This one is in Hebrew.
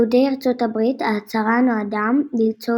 יהודי ארצות הברית – ההצהרה נועדה ליצור